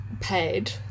paid